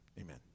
amen